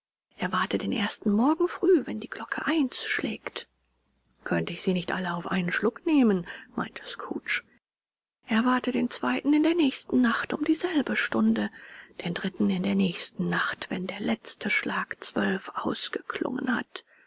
erwarte den ersten morgen früh wenn die glocke eins schlägt könnte ich sie nicht alle auf einen schluck nehmen meinte scrooge erwarte den zweiten in der nächsten nacht um dieselbe stunde den dritten in der nächsten nacht wenn der letzte schlag zwölf ausgeklungen hat